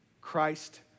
Christ